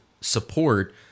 support